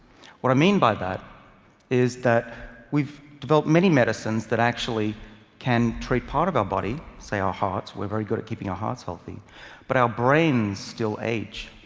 what i mean by that is that we've developed many medicines that actually can treat part of our body, say our hearts we're very good at keeping our hearts healthy but our brains still age.